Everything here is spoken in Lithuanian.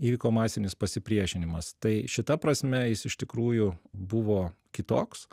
įvyko masinis pasipriešinimas tai šita prasme jis iš tikrųjų buvo kitoks